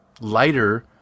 lighter